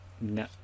no